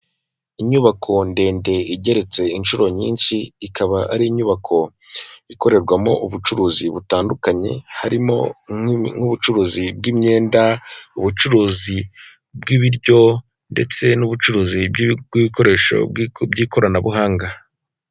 Inyubako ndende igeretse inshuro nyinshi ikaba ari inyubako ikorerwamo ubucuruzi butandukanye harimo nk'ubucuruzi bw'imyenda, ubucuruzi bw'ibiryo ndetse n'ubucuruzi bw'ibikoresho by'ikoranabuhanga